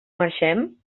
marxem